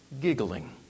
giggling